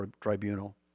tribunal